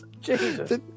jesus